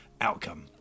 outcome